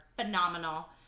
phenomenal